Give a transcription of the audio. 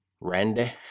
Randy